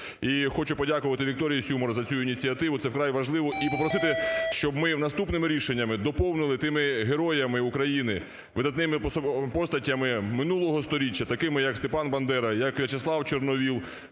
хочу подякувати Вікторії Сюмар за цю ініціативу, це вкрай важливо, і попросити щоб ми наступними рішеннями доповнили тими героями України, видатними постатями минулого сторіччя, такими як Степан Бандера, як В'ячеслав Чорновіл,